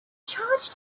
charged